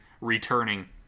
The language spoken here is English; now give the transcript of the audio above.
returning